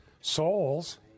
souls